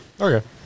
Okay